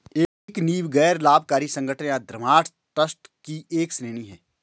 एक नींव गैर लाभकारी संगठन या धर्मार्थ ट्रस्ट की एक श्रेणी हैं